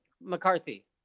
McCarthy